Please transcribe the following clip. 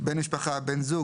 "בן משפחה" בן זוג,